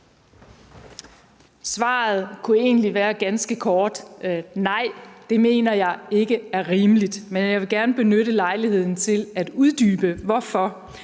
Svaret kunne egentlig være ganske kort: Nej, det mener jeg ikke er rimeligt. Men jeg vil gerne benytte lejligheden til at uddybe hvorfor.